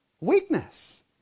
weakness